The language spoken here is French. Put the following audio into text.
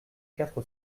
quatre